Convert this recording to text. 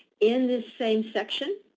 in this same section,